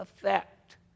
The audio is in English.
effect